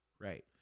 Right